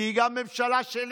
כי היא גם ממשלה שלי,